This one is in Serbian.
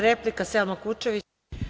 Replika, Selma Kučević.